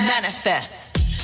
Manifest